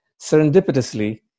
serendipitously